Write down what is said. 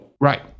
right